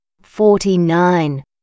forty-nine